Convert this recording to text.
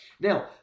Now